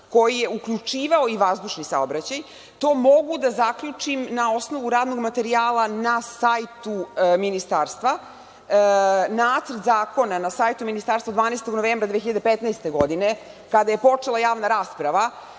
koji je uključivao i vazdušni saobraćaj. To mogu da zaključim na osnovu radnog materijala na sajtu ministarstva. Nacrt zakona na sajtu ministarstva 12. novembra 2015. godine, kada je počela javna rasprava,